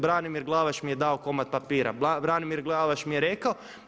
Branimir Glavaš mi je dao komad papira, Branimir Glavaš mi je rekao.